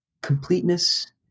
completeness